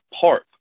park